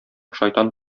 шайтан